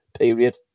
period